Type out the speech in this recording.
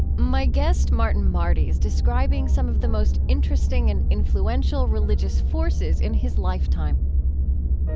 my guest, martin marty, is describing some of the most interesting and influential religious forces in his lifetime